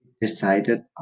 decided